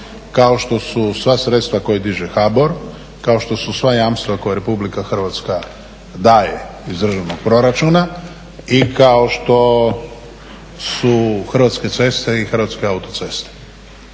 kao što su sva sredstva koja diže HBOR kao što su sva jamstva koja RH daje iz državnog proračuna i kao što su Hrvatske ceste i Hrvatske autoceste.